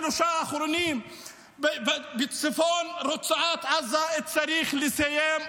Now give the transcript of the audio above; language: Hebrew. שלושה האחרונים בצפון רצועת עזה צריך לסיים,